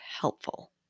helpful